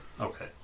Okay